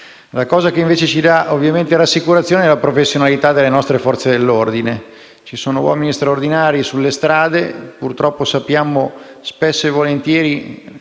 La cosa che invece ci dà rassicurazione è la professionalità delle nostre Forze dell'ordine: ci sono uomini straordinari sulle strade, purtroppo spesso e volentieri